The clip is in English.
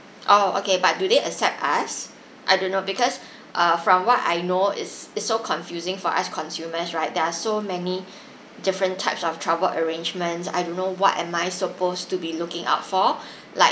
oh okay but do they accept us I don't know because uh from what I know is is so confusing for us consumers right there are so many different types of travel arrangements I don't know what am I supposed to be looking out for like